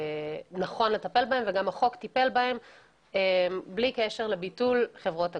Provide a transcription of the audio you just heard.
נכון לטפל בזה וגם החוק טיפל בזה בלי קשר לביטול חברות הגבייה.